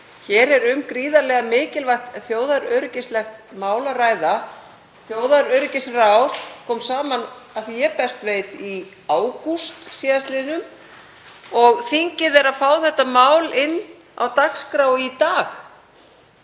Hér er um gríðarlega mikilvægt þjóðaröryggismál að ræða. Þjóðaröryggisráð kom saman að því ég best veit í ágúst síðastliðnum og þingið fær þetta mál inn á dagskrá í dag.